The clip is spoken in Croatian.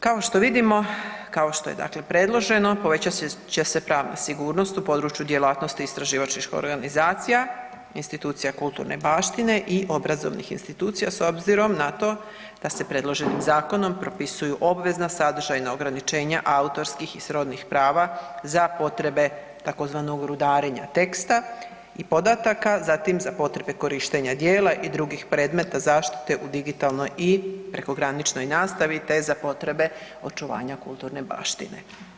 Kao što vidimo, kao što je dakle predloženo povećat će se pravna sigurnost u području djelatnost istraživačkih organizacija, institucija kulturne baštine i obrazovnih institucija s obzirom na to da se predloženim zakonom propisuju obvezna sadržajna ograničenja autorskih i srodnih prava za potrebe tzv. rudarenja teksta i podataka, zatim za potrebe korištenja djela i drugih predmeta zaštite u digitalnoj i prekograničnoj nastavi te za potrebe očuvanja kulturne baštine.